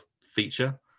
feature